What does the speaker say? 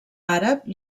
àrab